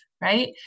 right